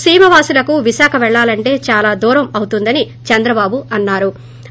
సీమ వాసులకు విశాఖ పెళ్లాలంటే చాలా దూరం అవుతుందని చంద్రబాబు అన్నారు